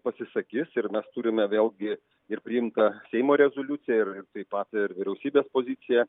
pasisakys ir mes turime vėlgi ir priimtą seimo rezoliuciją ir taip pat ir vyriausybės poziciją